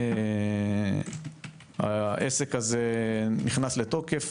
העסק הזה נכנס לתוקף,